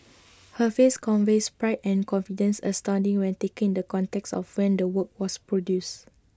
her face conveys pride and confidence astounding when taken in the context of when the work was produced